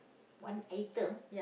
one item